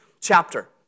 chapter